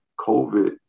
COVID